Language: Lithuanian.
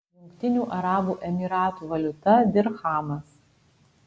jungtinių arabų emyratų valiuta dirchamas